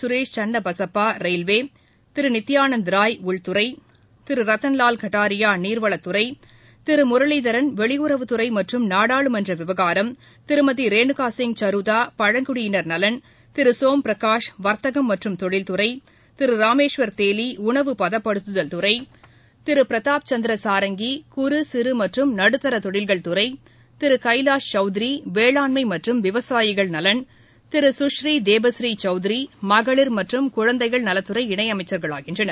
Suresh Channabasappa railway Thiru Nityanand Rai உள்துறை திரு ரத்தன் லால் கட்டாரியா நீர்வளத்துறை திரு முரளிதரன் வெளியுறவுத்துறை மற்றும் நாடாளுமன்ற விவனரம் திருமதி ரேணுகா சிங் சரூதா பழங்குடியினர் நலன் திரு சோம் பிரகாஷ் வர்த்தகம் மற்றும் தொழில்துறை திரு ராமேஸ்வர் தேலி உணவு பதப்படுத்துதல் துறை திரு பிரதாப் சந்திர சாரங்கி குறு சிறு மற்றும் நடுத்தர தொழில்கள் துறை திரு கைலாஷ் சௌத்ரி வேளாண்மை மற்றும் விவசாயிகள் நலன் திரு சுஷ்ரி தேபஸ்ரி சௌத்ரி மகளிர் மற்றும் குழந்தைகள் நலத்துறை இணைமைச்சர்களாகின்றனர்